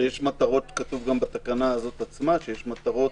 אבל גם בתקנה הזאת עצמה כתוב שיש מטרות